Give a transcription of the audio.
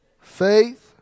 Faith